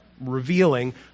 revealing